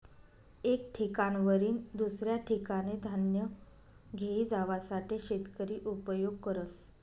एक ठिकाणवरीन दुसऱ्या ठिकाने धान्य घेई जावासाठे शेतकरी उपयोग करस